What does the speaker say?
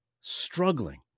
struggling